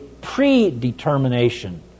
predetermination